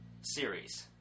series